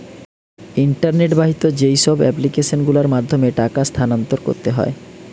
internet বাহিত যেইসব application গুলোর মাধ্যমে টাকা স্থানান্তর করতে হয়